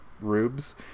rubes